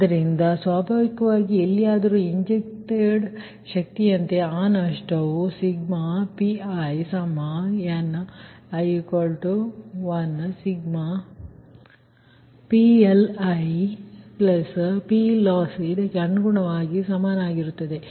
ಆದ್ದರಿಂದ ಸ್ವಾಭಾವಿಕವಾಗಿ ಎಲ್ಲಿಯಾದರೂ ಇಂಜೆಕ್ಟೆಡ್ ಶಕ್ತಿಯಂತೆ ಆ ನಷ್ಟವು i1mPgii1nPLiPlossಇದಕ್ಕೆ ಅನುಗುಣವಾಗಿ ಸಮನಾಗಿರುತ್ತದೆ